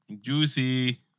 Juicy